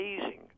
amazing